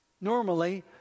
Normally